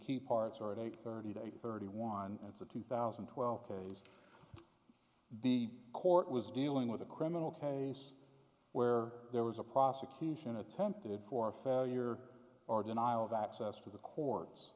key parts are at eight thirty to thirty one it's a two thousand and twelve k s the court was dealing with a criminal case where there was a prosecution attempted for failure or denial of access to the courts